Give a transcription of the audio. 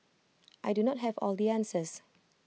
I do not have all the answers